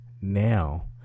now